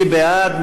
מי בעד?